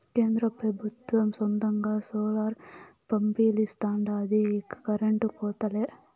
కేంద్ర పెబుత్వం సొంతంగా సోలార్ పంపిలిస్తాండాది ఇక కరెంటు కోతలే